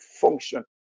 function